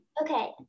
Okay